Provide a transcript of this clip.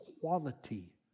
quality